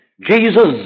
Jesus